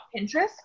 pinterest